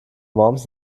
worms